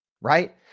right